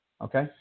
okay